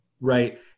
Right